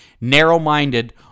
narrow-minded